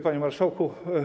Panie Marszałku!